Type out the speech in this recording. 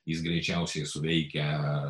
jis greičiausiai suveikia